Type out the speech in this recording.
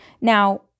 Now